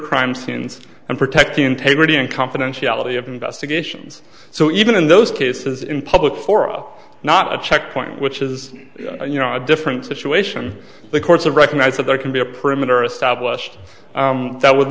crime scenes and protect the integrity and confidentiality of investigations so even in those cases in public fora not a checkpoint which is you know a different situation the courts are recognize that there can be a perimeter established that would